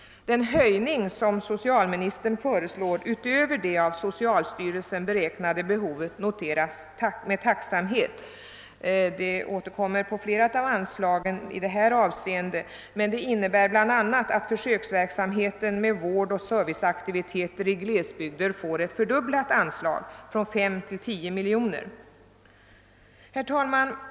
Den höjning som socialministern föreslår utöver det av socialstyrelsen beräknade behovet noteras med tacksamhet. Det gäller flera av anslagen på detta område och innebär bl.a. att försöksverksamheten med vård och serviceaktiviteter i glesbygder får ett fördubblat anslag genom höjning från 5 till 10 miljoner kronor. Herr talman!